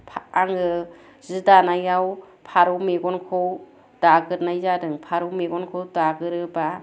आङो जि दानायाव फारौ मेगनखौ दाग्रोनाय जादों फारौ मेगनखौ दाग्रोब्ला